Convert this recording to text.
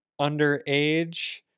underage